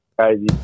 crazy